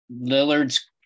Lillard's